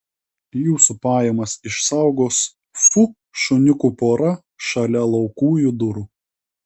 jūsų pajamas išsaugos fu šuniukų pora šalia laukujų durų